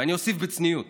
ואני אוסיף בצניעות